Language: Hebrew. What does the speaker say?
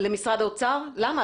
למה?